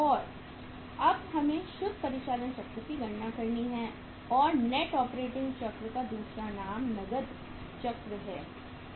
और अब हमें शुद्ध परिचालन चक्र की गणना करनी है और नेट ऑपरेटिंग चक्र का दूसरा नाम नगद चक्र है